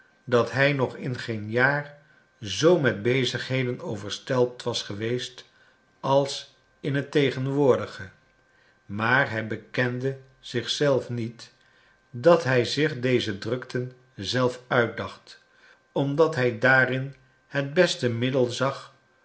dat hij nog in geen jaar zoo met bezigheden overstelpt was geweest als in het tegenwoordige maar hij bekende zich zelf niet dat hij zich deze drukten zelf uitdacht omdat hij daarin het beste middel zag